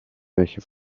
welche